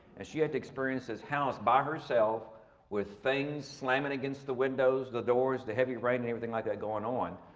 and she had to experiences his house by herself with things slamming against the windows, the doors, the heavy right and everything like that going on.